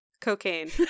Cocaine